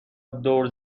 دور